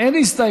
איך הספקתם כבר?